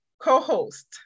co-host